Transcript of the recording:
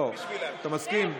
אתה מסכים?